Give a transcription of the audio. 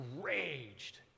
raged